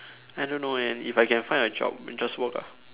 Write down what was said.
I don't know and if I can find a job then just work ah